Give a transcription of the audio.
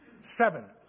seven